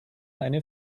eine